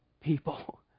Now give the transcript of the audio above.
people